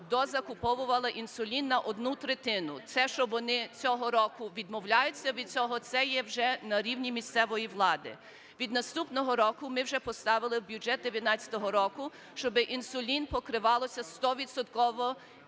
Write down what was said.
дозакуповувала інсулін на одну третину. Це, що вони цього року відмовляються від цього, це є вже на рівні місцевої влади. Від наступного року ми вже поставили в бюджет 2019 року, щоби інсулін покривався